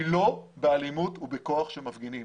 היא לא בהלימות ובכוח של מפגינים.